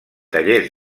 tallers